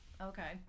Okay